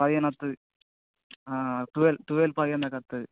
పదిహేనొస్తుంది twelve twelve పదిహేనొకస్తుంది